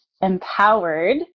empowered